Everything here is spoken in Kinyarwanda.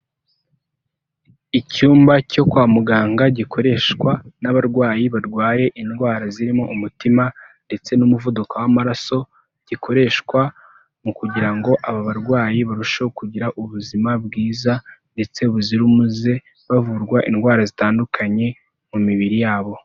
Icyumba cyo kwa muganga gikoreshwa n'abarwayi barwaye indwara zirimo umutima ndetse n'umuvuduko w'amaraso, gikoreshwa mu kugira ngo aba barwayi barusheho kugira ubuzima bwiza ndetse buzira umuze, bavurwa indwara zitandukanye mu mibiri yabo.